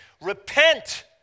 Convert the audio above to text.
Repent